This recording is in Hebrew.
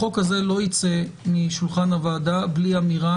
החוק הזה לא ייצא משולחן הוועדה בלי אמירה